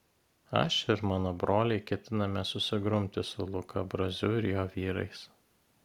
aš ir mano broliai ketiname susigrumti su luka braziu ir jo vyrais